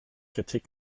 kritik